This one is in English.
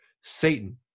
Satan